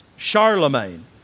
Charlemagne